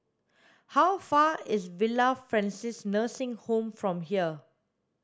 how far is Villa Francis Nursing Home from here